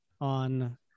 on